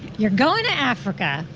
you're going to africa.